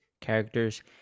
characters